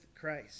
Christ